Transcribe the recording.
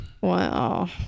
Wow